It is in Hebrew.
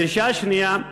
הדרישה השנייה,